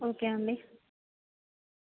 okay అండి